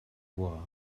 wal